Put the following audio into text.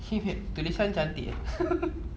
tulisan cantik